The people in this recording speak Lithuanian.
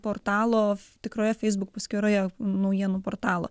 portalo tikroje facebook paskyroje naujienų portalo